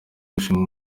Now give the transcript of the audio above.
gushinga